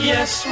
Yes